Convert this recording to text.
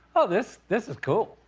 oh, this this is cool.